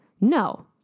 No